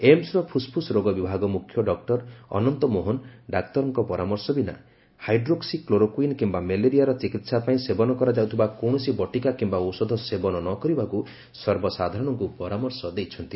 ଏମସ୍ର ଫୁସ୍ଫୁସ୍ ରୋଗ ବିଭାଗ ମୁଖ୍ୟ ଡକୁର ଅନନ୍ତ ମୋହନ ଡାକ୍ତରଙ୍କ ପରାମର୍ଶ ବିନା ହାଇଡ୍ରୋକ୍ସି କ୍ଲୋରକୁଇନ୍ କିମ୍ବା ମେଲେରିଆର ଚିକିହା ପାଇଁ ସେବନ କରାଯାଉଥିବା କୌଣସି ବଟିକା କିମ୍ବା ଔଷଧ ସେବନ ନ କରିବାକୁ ସର୍ବସାଧାରଣଙ୍କୁ ପରାମର୍ଶ ଦେଇଛନ୍ତି